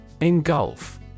Engulf